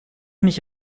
mich